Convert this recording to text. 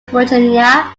virginia